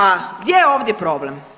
A gdje je ovdje problem?